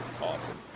Awesome